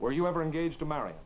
where you ever engaged to marry